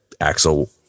Axel